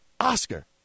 Oscar